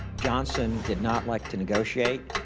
johnson did not like to negotiate.